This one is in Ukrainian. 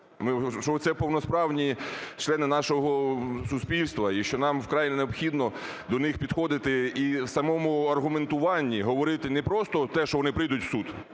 це повносправні члени нашого суспільства і що нам вкрай необхідно до них підходити і в самому аргументуванні говорити не просто те, що вони прийдуть в суд,